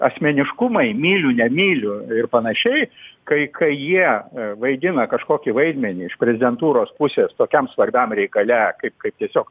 asmeniškumai myliu nemyliu ir panašiai kai kai jie vaidina kažkokį vaidmenį iš prezidentūros pusės tokiam svarbiam reikale kaip kaip tiesiog